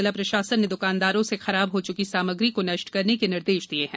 जिला प्रशासन ने दकानदारों से खराब हो चुकी सामग्री को नष्ट करने के निर्देश दिये हैं